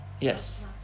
Yes